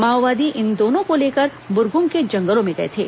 माओवादी इन दोनों को लेकर ब्रग्म के जंगलों में गए थे